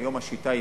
היום השיטה היא